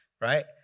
right